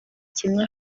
kimwe